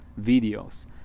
videos